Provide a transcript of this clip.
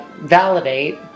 validate